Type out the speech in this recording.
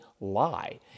lie